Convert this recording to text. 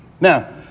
Now